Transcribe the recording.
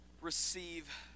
receive